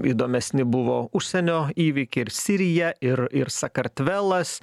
įdomesni buvo užsienio įvykiai ir sirija ir ir sakartvelas